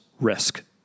risk